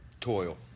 toil